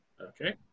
Okay